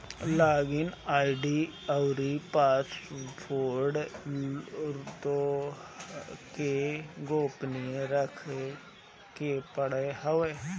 log in ID अउरी password तोहके गोपनीय रखे के पड़त हवे